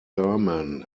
thurman